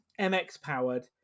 MX-powered